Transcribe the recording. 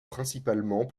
principalement